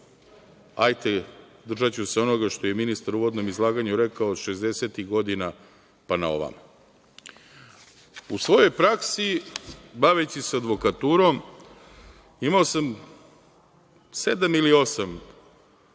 ajte držaću se onoga što i ministar u uvodnom izlaganju rekao 60-ih godina, pa na ovamo. U svojoj praksi, baveći se advokaturom, imao sam sedam ili osam